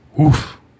oof